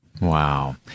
Wow